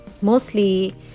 Mostly